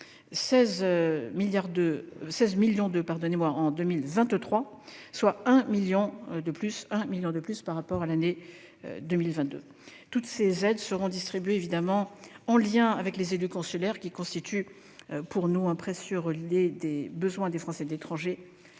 16,2 millions d'euros en 2023, soit 1 million d'euros de plus par rapport à l'année 2022. Toutes ces aides seront distribuées en lien avec les élus consulaires, qui constituent pour nous un précieux relais des besoins des Français de l'étranger